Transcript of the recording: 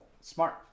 smart